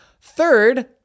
Third